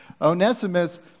Onesimus